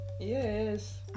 Yes